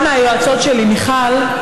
מיכל,